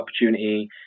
opportunity